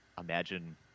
imagine